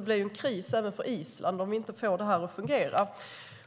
Det blir en kris även för Island om vi inte får det här att fungera.